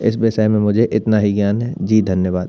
इस विषय में मुझे इतना ही ज्ञान है जी धन्यवाद